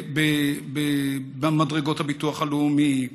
במדרגות הביטוח הלאומי,